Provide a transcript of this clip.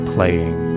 Playing